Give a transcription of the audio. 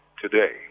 Today